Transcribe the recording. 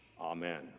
Amen